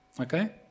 Okay